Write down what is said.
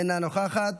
אינה נוכחת,